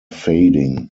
fading